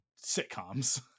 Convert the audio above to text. sitcoms